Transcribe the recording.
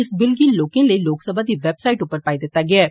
इस बिल गी लोकें लेई लोकसभा दी वैबसाईट पर पाई दिता गेदा ऐ